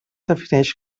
defineix